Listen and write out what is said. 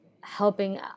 helping